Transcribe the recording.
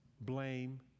Blame